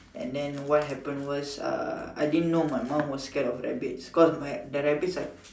and then what happened was uh I didn't know my mom was scared of rabbits cause my the rabbits I